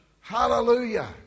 Hallelujah